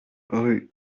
rue